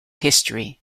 history